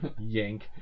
Yank